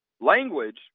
language